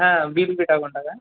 हा बील बी टाकून टाका